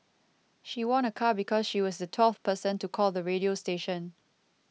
she won a car because she was the twelfth person to call the radio station